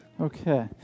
Okay